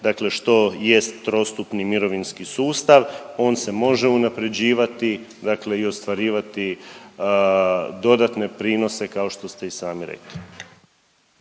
dakle što jest trostupni mirovinski sustav. On se može unapređivati dakle i ostvarivati dodatne prinose kao što ste i sami rekli.